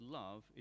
love